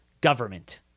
government